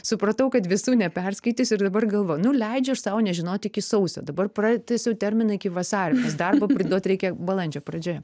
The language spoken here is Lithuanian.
supratau kad visų neperskaitysiu ir dabar galvoju nu leidžiu aš sau nežinoti iki sausio dabar pratęsiau terminą iki vasario nes darbą priduot reikia balandžio pradžioje